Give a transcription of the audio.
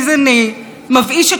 עשיתם את זה בצורה מכוערת,